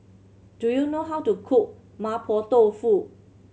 do you know how to cook Mapo Tofu